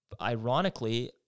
Ironically